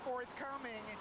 forthcoming